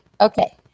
okay